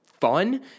fun